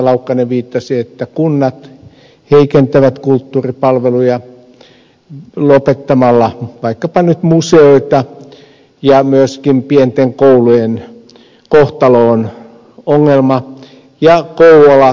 laukkanen viittasi että kunnat heikentävät kulttuuripalveluja lopettamalla vaikkapa nyt museoita ja myöskin pienten koulujen kohtalo on ongelma ja kouvola ed